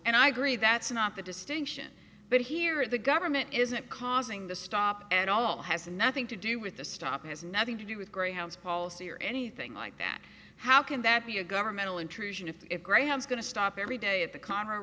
and i agree that's not the distinction but here if the government isn't causing the stop and all has nothing to do with the stop it has nothing to do with greyhounds policy or anything like that how can that be a governmental intrusion if it great i'm going to stop every day of the